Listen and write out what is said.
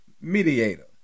mediator